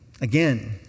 Again